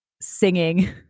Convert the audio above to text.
singing